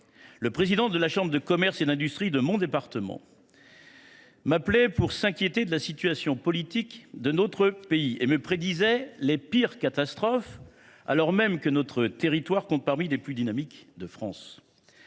le président de la chambre de commerce et d’industrie de mon département m’appelait, inquiet de la situation politique de notre pays. Il me prédisait les pires catastrophes alors même que notre territoire compte parmi les plus dynamiques de France.